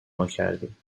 ماکردیم